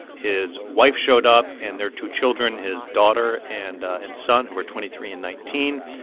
his wife showed up and their two children his daughter and and son, who are twenty three and nineteen.